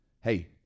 Hey –